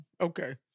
Okay